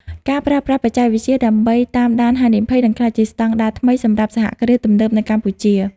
ការប្រើប្រាស់បច្ចេកវិទ្យាដើម្បីតាមដានហានិភ័យ នឹងក្លាយជាស្ដង់ដារថ្មីសម្រាប់សហគ្រាសទំនើបនៅកម្ពុជា។